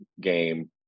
game